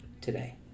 today